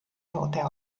toode